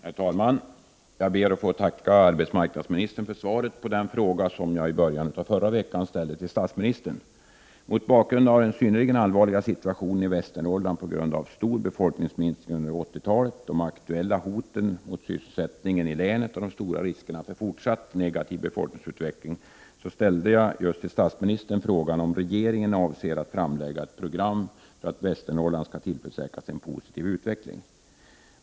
Herr talman! Jag ber att få tacka arbetsmarknadsministern för svaret på den fråga som jag i början av förra veckan ställde till statsministern. Mot bakgrund av den synnerligen allvarliga situationen i Västernorrlands län på grund av stor befolkningsminskning under 80-talet, de aktuella hoten mot sysselsättningen i länet och de stora riskerna för fortsatt negativ befolkningsutveckling ställde jag till statsministern frågan om regeringen avser att lägga fram ett program för att Västernorrland skall tillförsäkras en positiv utveckling.